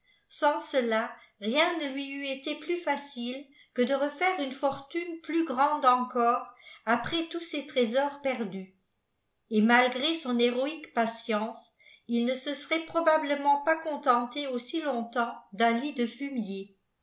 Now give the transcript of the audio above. sans cela rien ne lui eilt été plus facile que de refaire une fortune plus grande encore après tous ses trésors pcrdus et malgré son héroïque patience il ne se serait probablement as contenté aussi longtemps d'un lit de fumier